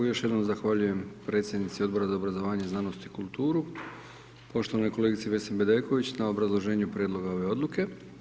Još jednom zahvaljujem predsjednici Odbora za obrazovanje, znanost i kulturu, poštovanoj kolegici Vesni Bedeković na obrazloženju prijedloga ove odluke.